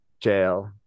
Jail